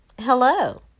Hello